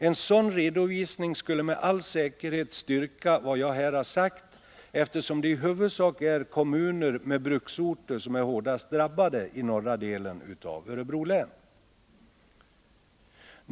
En sådan redovisning skulle med all säkerhet styrka vad jag här har sagt, eftersom det i huvudsak är kommuner med bruksorter som är hårdast drabbade i norra delen av Örebro län.